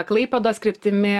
klaipėdos kryptimi